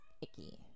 icky